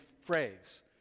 phrase